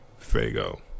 fago